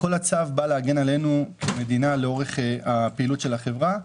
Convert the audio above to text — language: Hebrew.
בא להגן עלינו, המדינה, לאורך הפעילות של החברה.